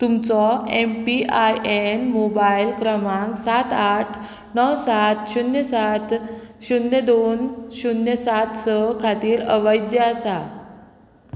तुमचो M P I N mobile क्रमांक सात आठ णव सात शुन्य सात शुन्य दोन शुन्य सात स खातीर अवैध्य आसा